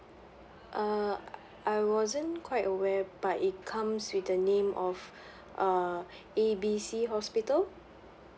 uh I wasn't quite aware but it comes with the name of uh A B C hospital